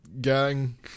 gang